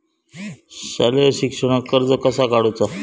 शालेय शिक्षणाक कर्ज कसा काढूचा?